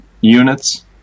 units